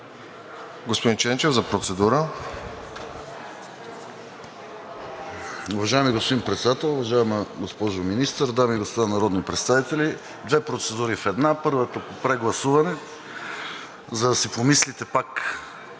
ЧЕНЧЕВ (БСП за България): Уважаеми господин Председател, уважаема госпожо Министър, дами и господа народни представители! Две процедури в една. Първата по прегласуване, за да си помислите пак,